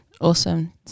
awesome